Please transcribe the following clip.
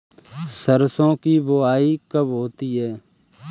सरसों की बुआई कब होती है?